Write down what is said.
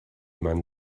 man